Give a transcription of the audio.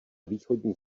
východní